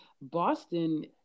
Boston